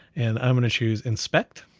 and i'm gonna choose inspect.